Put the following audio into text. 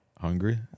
Hungry